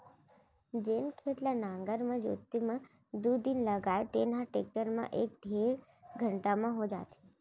जेन खेत ल नांगर म जोते म दू दिन लागय तेन ह टेक्टर म एक डेढ़ घंटा म हो जात हे